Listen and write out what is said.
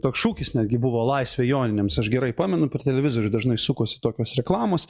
toks šūkis netgi buvo laisvė joninėms aš gerai pamenu per televizorių dažnai sukosi tokios reklamos